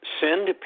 send